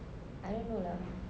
I don't know lah